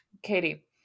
Katie